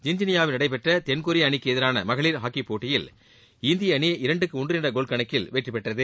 ஜின்ஜினியாவில் நடைபெற்ற தென்கொரிய அணிக்கு எதிரான மகளிர் ஹாக்கிப் போட்டியில் இந்திய அணி இரண்டுக்கு ஒன்று என்ற கோல் கணக்கில் வெற்றி பெற்றது